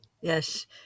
Yes